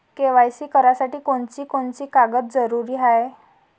KYC करासाठी कोनची कोनची कागद जरुरी हाय?